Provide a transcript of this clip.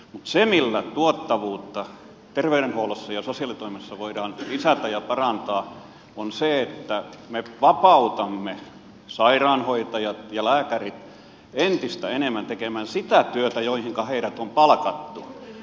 se millä tuottavuutta terveydenhuollossa ja sosiaalitoimessa voidaan lisätä ja parantaa on se että me vapautamme sairaanhoitajat ja lääkärit entistä enemmän tekemään sitä työtä johonka heidät on palkattu